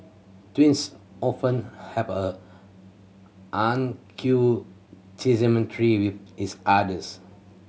twins often have a with each others